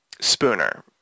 Spooner